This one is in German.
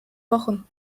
wochen